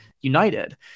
United